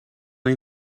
این